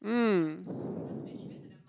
mm